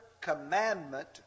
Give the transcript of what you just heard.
commandment